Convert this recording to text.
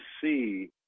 see